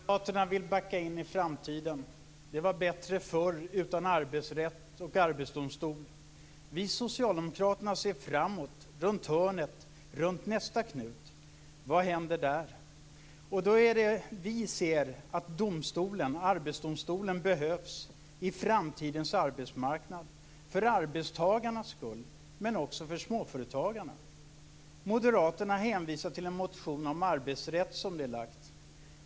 Herr talman! Moderaterna vill backa in i framtiden. Det var bättre förr, utan arbetsrätt och arbetsdomstol. Vi socialdemokrater ser framåt, runt nästa knut. Vad händer där? Då ser vi att Arbetsdomstolen behövs på framtidens arbetsmarknad för arbetstagarnas skull - men också för småföretagarna. Moderaterna hänvisar till en motion om arbetsrätt som de lagt fram.